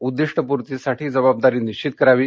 उद्दिष्टपूर्तीसाठी जबाबदारी निश्चित करावी